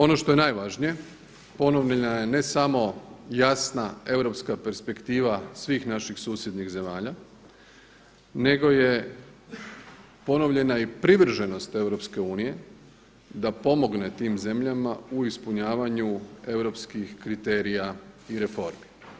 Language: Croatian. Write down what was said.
Ono što je najvažnije, ponovljena je ne samo jasna europska perspektiva svih naših susjednih zemalja nego je ponovljena i privrženost EU da pomogne tim zemljama u ispunjavanju europskih kriterija i reformi.